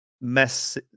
mess